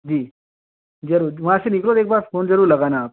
जी ज़रूर वहाँ से निकलो तो एक बार फोन जरूर लगाना आप